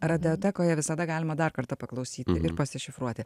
radijotekoje visada galima dar kartą paklausyti ir pasišifruoti